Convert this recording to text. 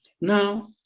now